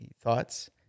thoughts